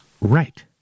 Right